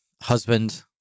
Husband